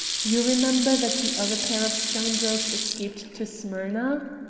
you remember that the other pair of scoundrels escaped to smyrna?